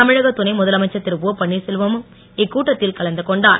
தமிழக துணை முதலமைச்சர் திரு ஓ பன்வீர்செல்வழும் இக்கூட்டத்தில் கலந்து கொண்டார்